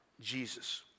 Jesus